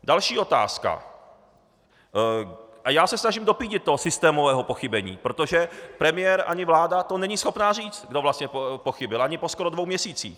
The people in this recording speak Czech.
Další otázka, a já se snažím dopídit toho systémového pochybení, protože premiér ani vláda to není schopna říct, kdo vlastně pochybil, ani skoro po dvou měsících.